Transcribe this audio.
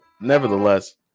nevertheless